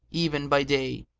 even by day.